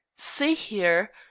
see here.